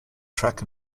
track